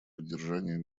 поддержанию